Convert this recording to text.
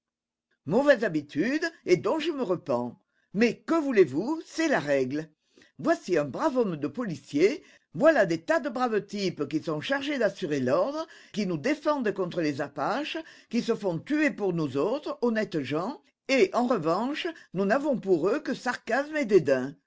mauvaise habitude et dont je me repens mais que voulez-vous c'est la règle voici un brave homme de policier voilà des tas de braves types qui sont chargés d'assurer l'ordre qui nous défendent contre les apaches qui se font tuer pour nous autres honnêtes gens et en revanche nous n'avons pour eux que sarcasmes et dédain